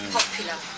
popular